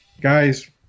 Guys